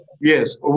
Yes